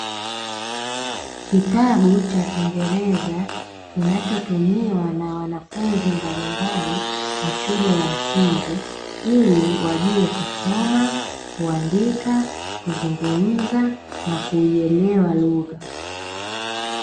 Kitabu cha kingereza kinachotumiwa na wanafunzi mbalimbali wa shule ya msingi ili wajue kusoma, kuandika, kuzungumza na kuielewa lugha.